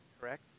correct